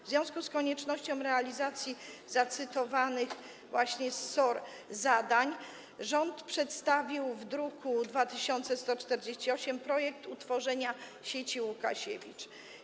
W związku z koniecznością realizacji wskazanych w SOR zadań rząd przedstawił w druku nr 2148 projekt utworzenia sieci Łukasiewicz.